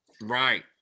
Right